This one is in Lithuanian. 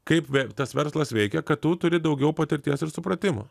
kaip tas verslas veikia kad tu turi daugiau patirties ir supratimo